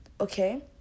Okay